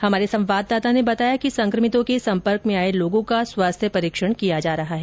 हमारे संवाददाता ने बताया कि संक्रमितों के संपर्क में आए लोगों का स्वास्थ्य परीक्षण किया जा रहा है